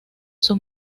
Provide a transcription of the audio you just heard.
sus